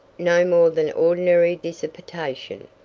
no more than ordinary dissipation.